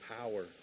power